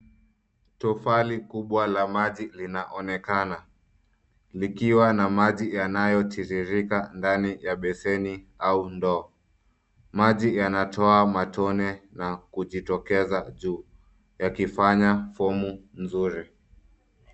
Tofali kubwa la maji linaonekana likiwa na maji yanayotiririka ndani ya beseni au ndoo. Maji yanatoa matone na kujitokeza juu yakifanya fomu nzuri.